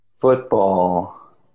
Football